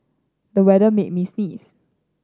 the weather made me sneeze